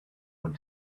will